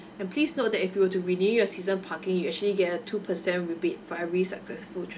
and please note that if you were to renew your season parking you actually get a two percent rebate for every successful transaction